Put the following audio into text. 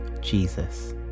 Jesus